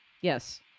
Yes